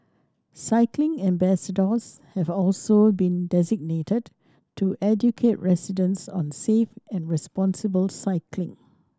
cycling ambassadors have also been designated to educate residents on safe and responsible cycling